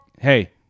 Hey